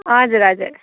हजुर हजुर